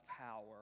power